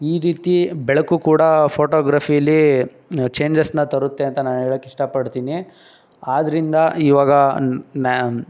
ಈ ರೀತಿ ಬೆಳಕು ಕೂಡ ಫೋಟೋಗ್ರಫೀಲಿ ಚೇಂಜಸನ್ನ ತರುತ್ತೆ ಅಂತ ನಾ ಹೇಳಕ್ ಇಷ್ಟಪಡ್ತೀನಿ ಆದ್ದರಿಂದ ಇವಾಗ ನ್ಯಾ ಮ್